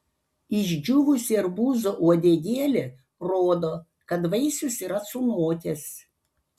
išdžiūvusi arbūzo uodegėlė rodo kad vaisius yra sunokęs